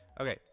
Okay